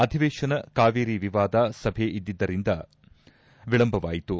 ಅಧಿವೇಶನ ಕಾವೇರಿ ವಿವಾದ ಸಭೆ ಇದ್ದಿದ್ದರಿಂದ ವಿಳಂಬವಾಯಿತು